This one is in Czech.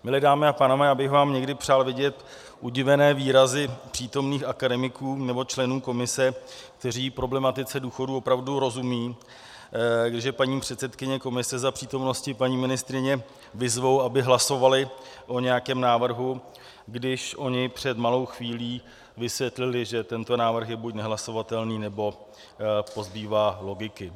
Milé dámy a pánové, někdy bych vám přál vidět udivené výrazy přítomných akademiků nebo členů komise, kteří problematice důchodů opravdu rozumějí, když je paní předsedkyně komise za přítomnosti paní ministryně vyzve, aby hlasovali, o nějakém návrhu, když oni před malou chvílí vysvětlili, že tento návrh je buď nehlasovatelný, nebo pozbývá logiky.